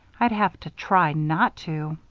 i'd have to try not to.